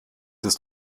ist